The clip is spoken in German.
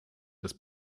das